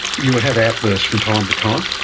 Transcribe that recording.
you would have outbursts from time to time.